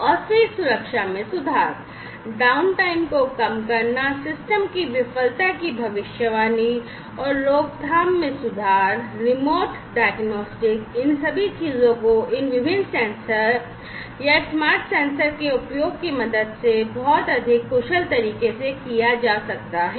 और फिर सुरक्षा में सुधार डाउनटाइम इन सभी चीजों को इन विभिन्न सेंसर या स्मार्ट सेंसर के उपयोग की मदद से बहुत अधिक कुशल तरीके से किया जा सकता है